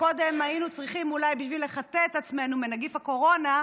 שקודם היינו צריכים אולי בשביל לחטא את עצמנו מנגיף הקורונה,